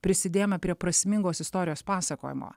prisidėjome prie prasmingos istorijos pasakojimo